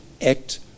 act